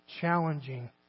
challenging